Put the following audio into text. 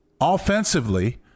Offensively